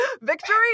victory